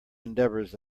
endeavors